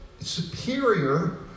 superior